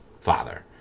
father